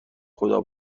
خدا